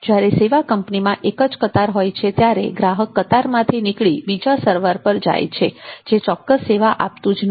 જ્યારે સેવા કંપનીમાં એક જ કતાર હોય છે ત્યારે ગ્રાહક કતારમાંથી નીકળી બીજા સર્વર પર જાય છે જે ચોક્કસ સેવા આપતું જ નથી